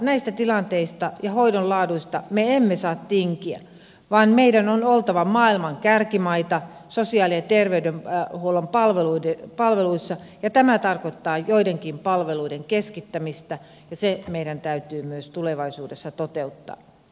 näistä tilanteista ja hoidon laadusta me emme saa tinkiä vaan meidän on oltava maailman kärkimaita sosiaali ja terveydenhuollon palveluissa ja tämä tarkoittaa joidenkin palveluiden keskittämistä ja se meidän täytyy myös tulevaisuudessa toteuttaa